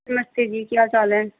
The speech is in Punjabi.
ਨਮਸਤੇ ਜੀ ਕੀ ਹਾਲ ਚਾਲ ਹੈ